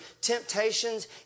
temptations